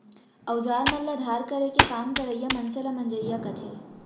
अउजार मन ल धार करे के काम करइया मनसे ल मंजइया कथें